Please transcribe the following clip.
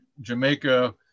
Jamaica